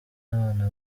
abana